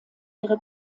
ihre